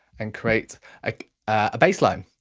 and create a bassline.